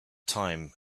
time